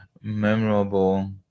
memorable